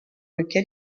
lequel